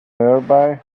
nearby